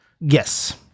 Yes